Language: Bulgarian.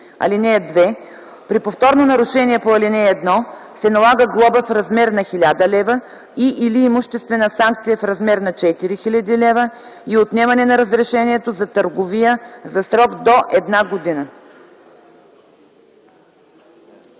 лв. (2) При повторно нарушение по ал. 1 се налага глоба в размер на 1000 лв. и/или имуществена санкция в размер на 4000 лв. и отнемане на разрешението за търговия за срок до една година.”